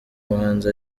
muhanzi